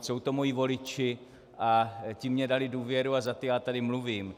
Jsou to moji voliči a ti mně dali důvěru a za ty já tady mluvím.